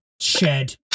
shed